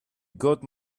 got